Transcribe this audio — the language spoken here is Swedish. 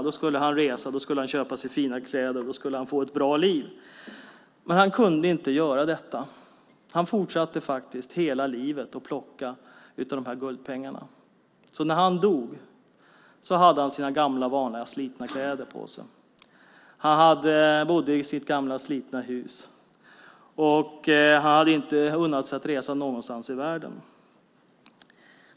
Då skulle han resa, köpa sig fina kläder och få ett bra liv. Men han kunde inte göra detta. Han fortsatte hela livet att plocka av guldpengarna. När han dog hade han sina gamla vanliga slitna kläder på sig. Han bodde i sitt gamla slitna hus och hade inte unnat sig att resa någonstans i världen.